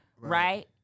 right